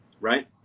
right